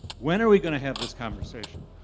when are we going to have this conversation?